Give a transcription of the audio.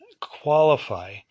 qualify